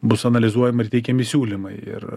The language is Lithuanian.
bus analizuojami ir teikiami siūlymai ir